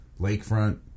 lakefront